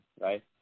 right